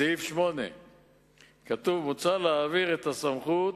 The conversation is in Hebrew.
בסעיף 8 כתוב: מוצע להעביר את הסמכות